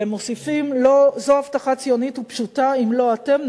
והם מוסיפים: "זו הבטחה ציונית ופשוטה: אם לא אתם,